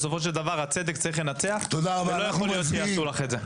בסופו של דבר הצדק צריך לנצח ולא יכול להיות שיעשו לך את זה.